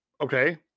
Okay